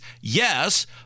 Yes